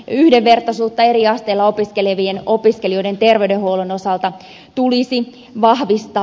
yhdenvertaisuutta eri asteilla opiskelevien opiskelijoiden terveydenhuollon osalta tulisi vahvistaa